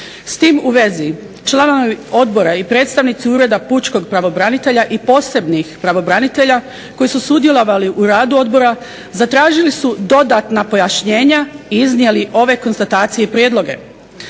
S tim u vezi članovi Odbori predstavnici Ureda pučkog pravobranitelja i posebnih pravobranitelja koji su sudjelovali u radu Odbora zatražili su dodatna pojašnjenja i iznijeli ove konstatacije i prijedloge.